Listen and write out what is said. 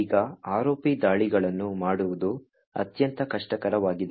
ಈಗ ROP ದಾಳಿಗಳನ್ನು ಮಾಡುವುದು ಅತ್ಯಂತ ಕಷ್ಟಕರವಾಗಿದೆ